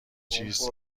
چیز